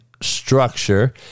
structure